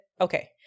okay